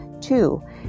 two